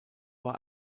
war